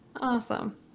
Awesome